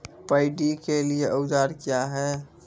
Paddy के लिए औजार क्या हैं?